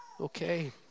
Okay